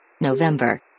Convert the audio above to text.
November